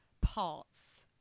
Parts